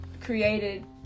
created